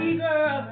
girl